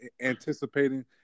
anticipating